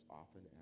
often